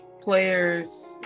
players